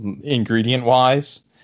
ingredient-wise